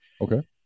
Okay